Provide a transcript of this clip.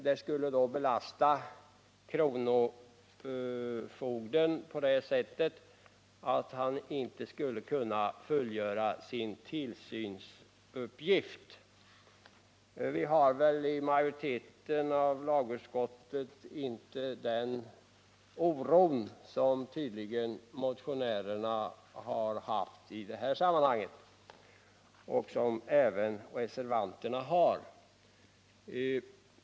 Detta skulle belasta kronofogden på ett sådant sätt att han inte skulle kunna fullgöra sin tillsynsuppgift. Majoriteten av lagutskottet hyser inte den oro som motionärerna och även reservanterna tydligen känner.